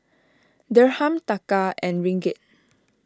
Dirham Taka and Ringgit